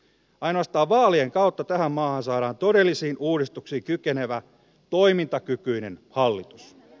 ainoastaan vaalien kautta tähän maahan saadaan todellisiin uudistuksiin kykenevä toimintakykyinen hallitus